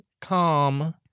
calm